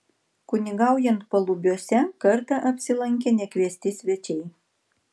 kunigaujant palubiuose kartą apsilankė nekviesti svečiai